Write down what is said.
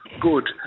good